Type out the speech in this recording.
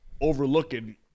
overlooking